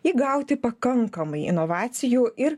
įgauti pakankamai inovacijų ir